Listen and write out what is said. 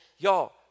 Y'all